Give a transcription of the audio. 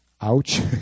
Ouch